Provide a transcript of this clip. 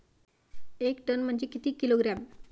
एक टन म्हनजे किती किलोग्रॅम?